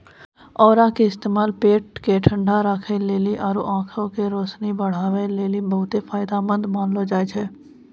औरा के इस्तेमाल पेट ठंडा राखै लेली आरु आंख के रोशनी बढ़ाबै लेली बहुते फायदामंद मानलो जाय छै